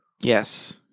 Yes